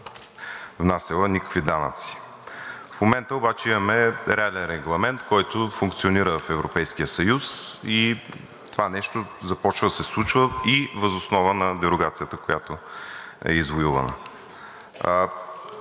внасяла никакви данъци. В момента обаче имаме реален регламент, който функционира в Европейския съюз, и това нещо започва да се случва и въз основа на дерогацията, която е извоювана.